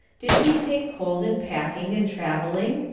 did he take cold in packing and travelling?